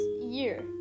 year